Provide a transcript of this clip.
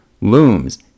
looms